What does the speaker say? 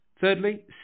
Thirdly